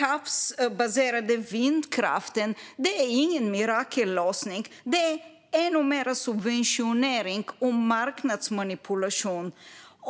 havsbaserade vindkraften är ingen mirakellösning, utan den innebär ännu mer subventioneringar och marknadsmanipulation.